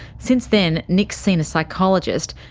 since then, nick's seen a psychologist,